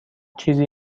چیزی